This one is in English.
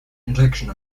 injection